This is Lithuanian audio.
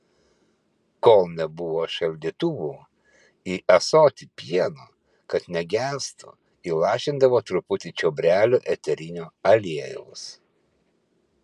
kol nebuvo šaldytuvų į ąsotį pieno kad negestų įlašindavo truputį čiobrelių eterinio aliejaus